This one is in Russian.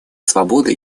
свободы